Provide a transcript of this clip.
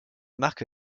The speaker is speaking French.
marque